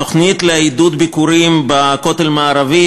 תוכנית לעידוד ביקורים בכותל המערבי,